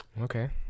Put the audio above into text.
Okay